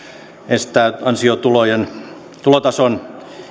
estää ansiotulojen tulotason